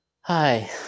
Hi